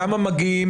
כמה מגיעים